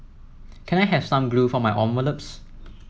can I have some glue for my envelopes